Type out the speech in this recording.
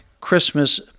Christmas